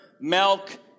milk